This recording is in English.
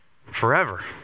forever